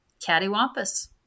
cattywampus